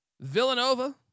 Villanova